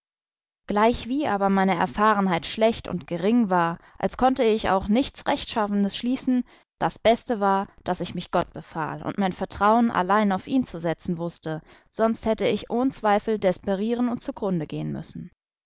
gleichwie aber meine erfahrenheit schlecht und gering war als konnte ich auch nichts rechtschaffenes schließen das beste war daß ich mich gott befahl und mein vertrauen allein auf ihn zu setzen wußte sonst hätte ich ohn zweifel desperieren und zugrunde gehen müssen